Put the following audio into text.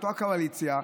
מאותה קואליציה,